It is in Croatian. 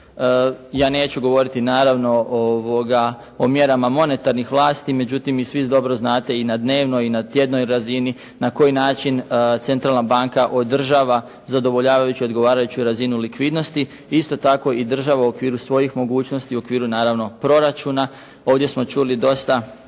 Ja neću govoriti, naravno o mjerama monetarnih vlasti, međutim vi svi dobro znate i na dnevnoj i na tjednoj razini na koji način Centralna banka održava zadovoljavajuću odgovarajuću razinu likvidnosti, isto tako i država u okviru svojih mogućnosti i u okviru, naravno proračuna. Ovdje smo čuli dosta